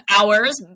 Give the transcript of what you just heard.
hours